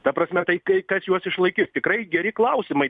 ta prasme tai kai kas juos išlaikis tikrai geri klausimai